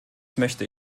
möchte